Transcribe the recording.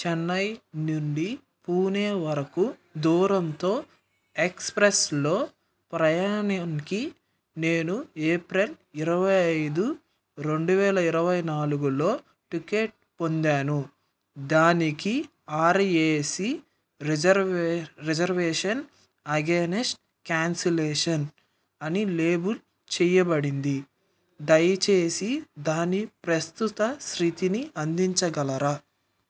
చెన్నై నుండి పూణే వరకు దురంతో ఎక్స్ప్రెస్లో ప్రయాణానికి నేను ఏప్రిల్ ఇరవై ఐదు రెండువేల ఇరవై నాలుగులో టికెట్ పొందాను దానికి RAC reserve reservation against cancellation అని లేబుల్ చెయ్యబడింది దయచేసి దాని ప్రస్తుత స్రితిని అందించగలరా